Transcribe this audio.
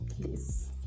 Please